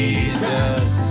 Jesus